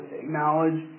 acknowledge